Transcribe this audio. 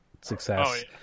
success